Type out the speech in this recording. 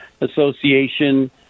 Association